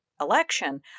election